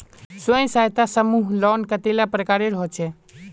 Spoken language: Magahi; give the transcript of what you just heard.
स्वयं सहायता समूह लोन कतेला प्रकारेर होचे?